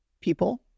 people